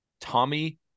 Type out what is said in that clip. Tommy